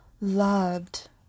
loved